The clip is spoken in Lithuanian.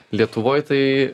lietuvoj tai